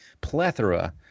plethora